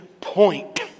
point